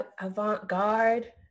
avant-garde